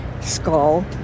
skull